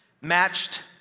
matched